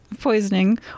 poisoning